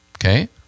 okay